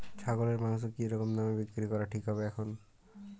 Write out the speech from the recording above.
ছাগলের মাংস কী রকম দামে বিক্রি করা ঠিক হবে এখন?